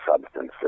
substances